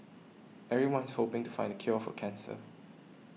everyone's hoping to find the cure for cancer